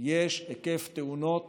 שיש היקף תאונות